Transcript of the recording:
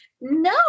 no